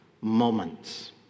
moments